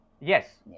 Yes